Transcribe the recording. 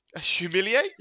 humiliate